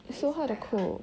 it's quite hard